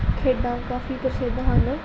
ਖੇਡਾਂ ਕਾਫ਼ੀ ਪ੍ਰਸਿੱਧ ਹਨ